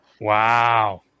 wow